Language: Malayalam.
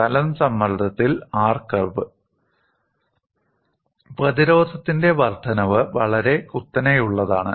തലം സമ്മർദ്ദത്തിൽ ആർ കർവ് പ്രതിരോധത്തിന്റെ വർദ്ധനവ് വളരെ കുത്തനെയുള്ളതാണ്